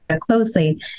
closely